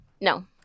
No